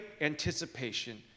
anticipation